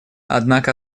однако